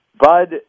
Bud